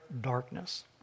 darkness